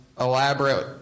elaborate